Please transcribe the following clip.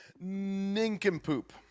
nincompoop